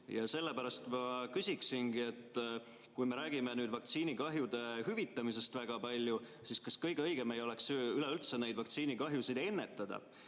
Sellepärast ma küsin, et kui me räägime nüüd vaktsiinikahjude hüvitamisest väga palju, siis kas kõige õigem ei oleks üleüldse neid vaktsiinikahjusid ennetada.